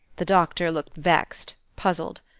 the doctor looked vexed, puzzled.